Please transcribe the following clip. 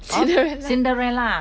cinderella